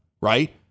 Right